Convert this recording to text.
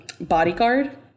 bodyguard